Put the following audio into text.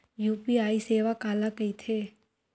UPI सेवा काला कइथे?